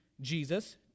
Jesus